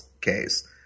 case